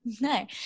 No